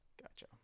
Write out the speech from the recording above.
Gotcha